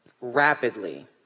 rapidly